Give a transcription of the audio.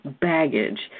baggage